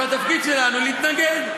והתפקיד שלנו הוא להתנגד.